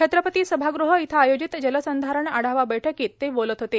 छत्रपती सभागृह इथं आयोजित जलसंधारण आढावा बैठकीत पालकमंत्री बोलत होते